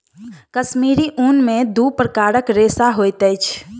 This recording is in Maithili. कश्मीरी ऊन में दू प्रकारक रेशा होइत अछि